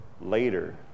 later